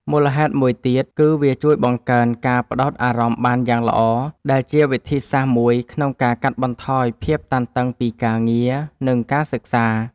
មូលហេតុមួយទៀត គឺវាជួយបង្កើនការផ្ដោតអារម្មណ៍បានយ៉ាងល្អ ដែលជាវិធីសាស្ត្រមួយក្នុងការកាត់បន្ថយភាពតានតឹងពីការងារ និងការសិក្សា។